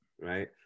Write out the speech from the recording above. right